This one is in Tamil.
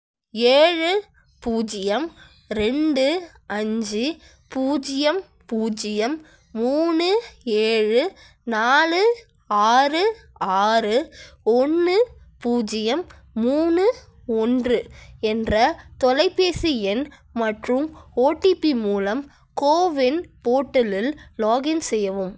ஏழு பூஜ்ஜியம் ரெண்டு அஞ்சி பூஜ்ஜியம் பூஜ்ஜியம் மூணு ஏழு நாலு ஆறு ஆறு ஒன்று பூஜ்ஜியம் மூணு ஒன்று என்ற தொலைபேசி எண் மற்றும் ஓடிபி மூலம் கோவின் போர்ட்டலில் லாக்இன் செய்யவும்